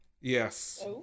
Yes